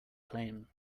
claim